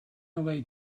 away